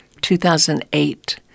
2008